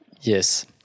yes